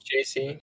jc